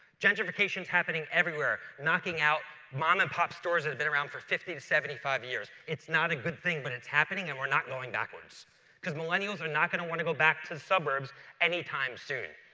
gentrification's happening everywhere, knocking out mom-and-pop stores that have been around for fifty to seventy five years. it's not a good thing but it's happening and we're not going backwards because millennials are not going to want to go back to the suburbs anytime soon.